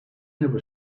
never